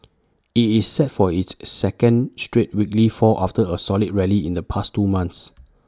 IT is set for its second straight weekly fall after A solid rally in the past two months